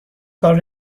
کار